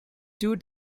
two